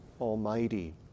Almighty